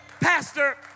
pastor